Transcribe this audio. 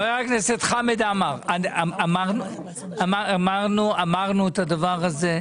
חבר הכנסת חמד עמאר, אמרנו את הדבר הזה.